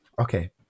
Okay